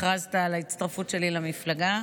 הכרזת על ההצטרפות שלי למפלגה.